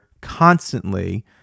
constantly